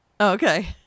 Okay